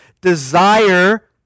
desire